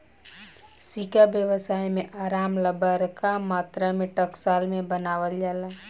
सिक्का व्यवसाय में आराम ला बरका मात्रा में टकसाल में बनावल जाला